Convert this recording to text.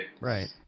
Right